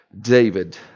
David